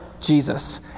Jesus